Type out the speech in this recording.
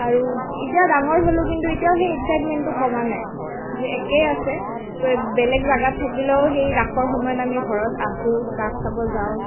আৰু এতিয়া ডাঙৰ হ'লোঁ কিন্তু এতিয়াও সেই এক্সাইটমেণ্টটো কমা নাই একেই আছে বেলেগ জেগাত থাকিলেও সেই ৰাসৰ সময়ত আমি ঘৰত আহোঁ ৰাস চাব যাওঁ